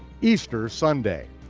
easter sunday.